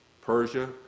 Persia